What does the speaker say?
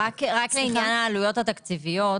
לעניין העלויות התקציביות,